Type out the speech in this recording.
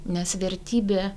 nes vertybė